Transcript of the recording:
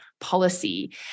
policy